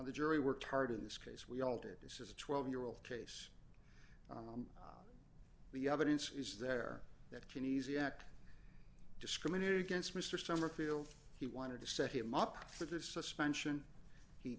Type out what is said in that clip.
the jury worked hard in this case we all did this is a twelve year old case the evidence is there that can easy act discriminate against mr summerfield he wanted to set him up for the suspension he